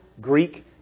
Greek